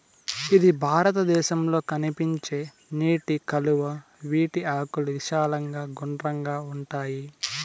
ఇది భారతదేశంలో కనిపించే నీటి కలువ, వీటి ఆకులు విశాలంగా గుండ్రంగా ఉంటాయి